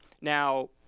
Now